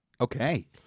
Okay